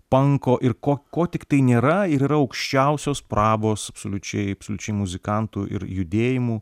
panko ir ko ko tiktai nėra ir yra aukščiausios prabos absoliučiai absoliučiai muzikantų ir judėjimų